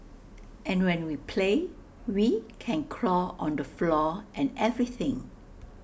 and when we play we can crawl on the floor and everything